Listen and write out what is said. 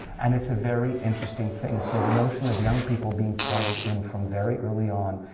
and it's a very interesting thing. so the notion of young people being plugged in from very early on,